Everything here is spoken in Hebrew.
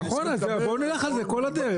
נכון, אז בוא נלך על זה כל הדרך.